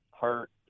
hurt